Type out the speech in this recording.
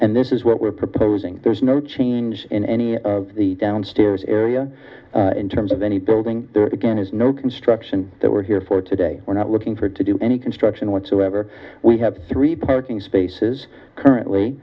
and this is what we're proposing there's no change in any of the downstairs area in terms of any building again is no construction that we're here for today we're not looking for to do any construction whatsoever we have three parking spaces currently